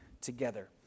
together